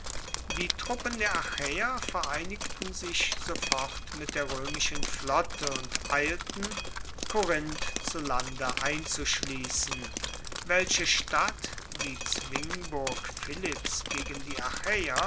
die truppen der achaeer vereinigten sich sofort mit der roemischen flotte und eilten korinth zu lande einzuschliessen welche stadt die zwingburg philipps gegen die